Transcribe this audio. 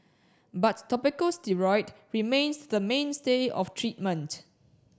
but topical steroid remains the mainstay of treatment